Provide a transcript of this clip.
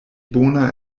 bona